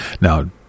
now